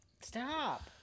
Stop